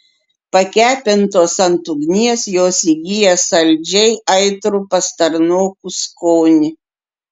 pakepintos ant ugnies jos įgyja saldžiai aitrų pastarnokų skonį